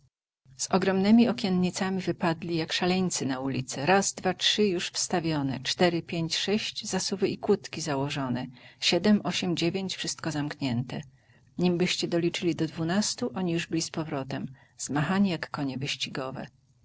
z ogromnemi okiennicami wypadli jak szaleńcy na ulicę raz dwa trzy już wstawione cztery pięć sześć zasuwy i kłódki nałożone siedem osiem dziewięć wszystko zamknięte nimbyście doliczyli do dwunastu oni już byli z powrotem zmachani jak konie wyścigowe